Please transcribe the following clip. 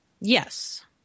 Yes